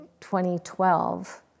2012